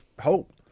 hope